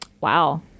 Wow